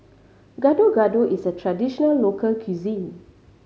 Gado Gado is a traditional local cuisine